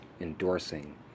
endorsing